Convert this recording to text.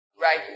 right